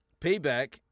Payback